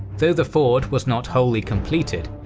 though the ford was not wholly completed,